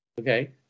okay